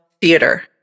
theater